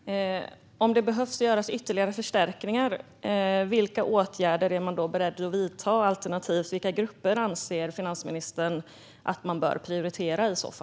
Fru talman! Om det behöver göras ytterligare förstärkningar, vilka åtgärder är man då beredd att vidta, alternativt vilka grupper anser finansministern att man i så fall bör prioritera?